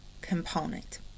component